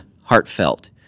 heartfelt